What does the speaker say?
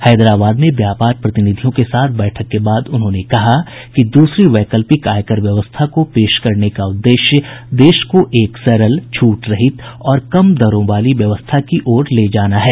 हैदराबाद में व्यापार प्रतिनिधियों के साथ बैठक के बाद उन्होंने कहा कि दूसरी वैकल्पिक आयकर व्यवस्था को पेश करने का उद्देश्य देश को एक सरल छूट रहित और कम दरों वाली व्यवस्था की ओर ले जाना है